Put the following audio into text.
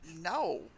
no